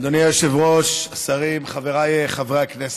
אדוני היושב-ראש, השרים, חבריי חברי הכנסת,